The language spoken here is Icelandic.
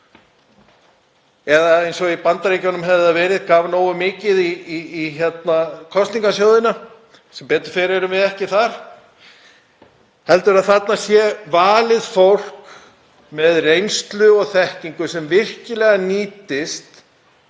eða, eins og í Bandaríkjunum hefði það verið, gaf nógu mikið í kosningasjóðina, sem betur fer erum við ekki þar, heldur að þarna sé valið fólk með reynslu og þekkingu sem virkilega nýtist